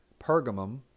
Pergamum